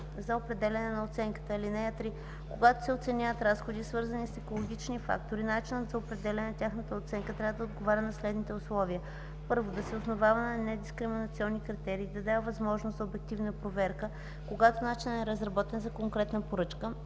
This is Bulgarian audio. за определяне на оценката. (3) Когато се оценяват разходи, свързани с екологични фактори, начинът за определяне на тяхната оценка трябва да отговаря на следните условия: 1. да се основава на недискриминационни критерии и да дава възможност за обективна проверка; когато начинът е разработен за конкретната поръчка,